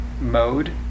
mode